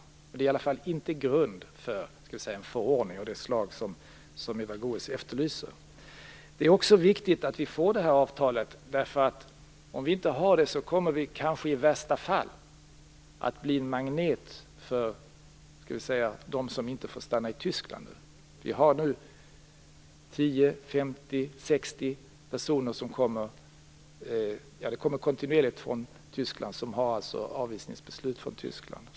Det finns i alla fall ingen grund för en förordning av det slag som Eva Det är också viktigt att avtalet kommer till stånd, därför att annars kanske vi i värsta fall kommer att bli magnet för dem som inte får stanna i Tyskland. Hit kommer nu kontinuerligt 10, 50, 60 personer som har avvisningsbeslut från Tyskland.